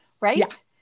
Right